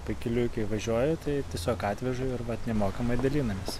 pakeliui kai važiuoju tai tiesiog atvežu ir vat nemokamai dalinamės